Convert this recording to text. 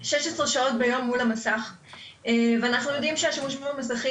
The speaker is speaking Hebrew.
שעות מול המסך ואנחנו יודעים שהשימוש במסכים